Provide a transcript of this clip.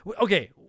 Okay